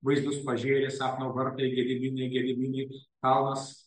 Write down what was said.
vaizdus pažėrė sapno vartai gediminiai gediminiai kalnas